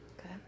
Okay